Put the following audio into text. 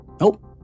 Nope